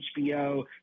HBO